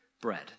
bread